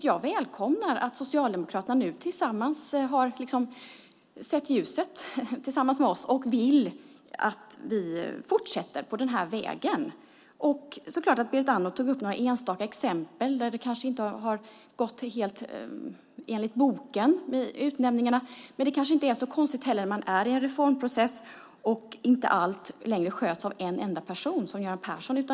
Jag välkomnar att Socialdemokraterna nu har sett ljuset tillsammans med oss och vill att vi fortsätter på den här vägen. Berit Andnor tog upp några enstaka exempel, där det kanske inte har gått helt enligt boken vid utnämningarna. Men det kanske inte är så konstigt. Man är i en reformprocess, och allt sköts inte längre av en enda person som Göran Persson.